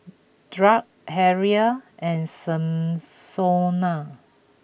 Drake Harrell and